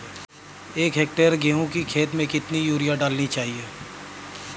एक हेक्टेयर गेहूँ की खेत में कितनी यूरिया डालनी चाहिए?